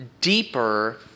deeper